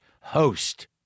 host